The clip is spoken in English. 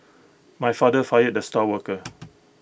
my father fired the star worker